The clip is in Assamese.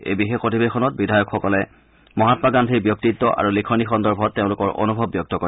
এই বিশেষ অধিবেশনত বিধায়কসকলে মহায়া গান্ধীৰ ব্যক্তিত্ব আৰু লিখনি সন্দৰ্ভত তেওঁলোকৰ অনুভৱ ব্যক্ত কৰে